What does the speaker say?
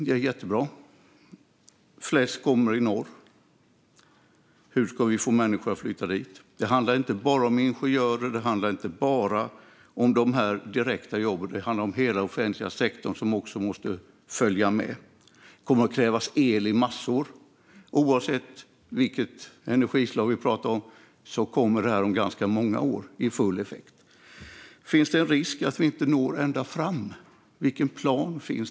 Det är jättebra. Flest jobb kommer i norr. Hur ska vi få människor att flytta dit? Det handlar inte bara om ingenjörer, och det handlar inte om de direkta jobben. Det handlar om hela offentliga sektorn som också måste följa med. Och det kommer att krävas el i massor. Oavsett vilket energislag vi pratar om kommer det att bli full effekt när det har gått många år. Finns det en risk att vi inte når ända fram? Vilken plan finns?